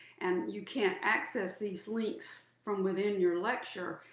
and you can't access these links from within your lecture,